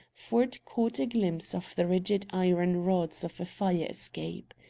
ford caught a glimpse of the rigid iron rods of a fire-escape.